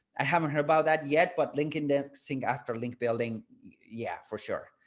i haven't heard about that yet. but link indexing after link building? yeah, for sure.